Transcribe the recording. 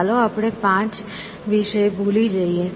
ચાલો આપણે પાંચ વિશે ભૂલી જઈએ